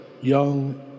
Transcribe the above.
young